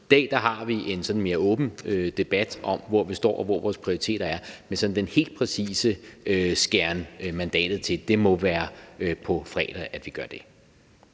i dag har vi en mere åben debat om, hvor vi står, og hvor vores prioriteter er, men den sådan helt præcise skæren mandatet til må det være på fredag at vi gør.